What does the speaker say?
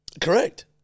Correct